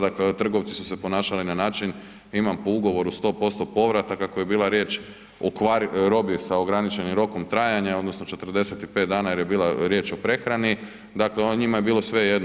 Dakle trgovci su se ponašali na način, imam po ugovoru 100% povrata, kako je bilo riječ o robi sa ograničenim rokom trajanja odnosno 45 dana jer je bila riječ o prehrani, dakle njima je bilo svejedno.